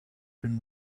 been